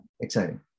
exciting